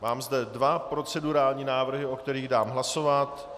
Mám zde dva procedurální návrhy, o kterých dám hlasovat.